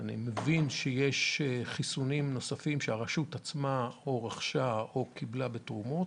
ואני מבין שיש חיסונים נוספים שהרשות עצמה רכשה או קיבלה בתרומות.